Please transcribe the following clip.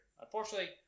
Unfortunately